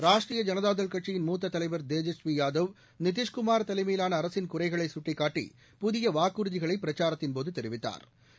ராஷ்ட்ரீய ஜனதாதள் கட்சியின் மூத்த தலைவர் தேஜஸ்வி யாதவ் நிதிஷ்குமார் தலைமையிலான அரசின் குறைகளை சுட்டிக்காட்டி புதிய வாக்குறுதிகளை பிரச்சாரத்தின்போது தெரிவித்தாா்